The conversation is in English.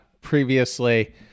previously